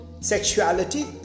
sexuality